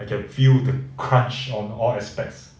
I can feel the crunch on all aspects